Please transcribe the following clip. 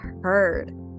heard